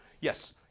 yes